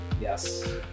Yes